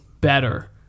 better